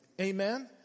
Amen